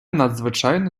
надзвичайно